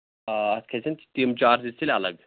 آ اَتھ کھسَن تِم چارجِز تیٚلہِ اَلگ